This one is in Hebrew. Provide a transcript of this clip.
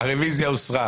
ההסתייגות הוסרה.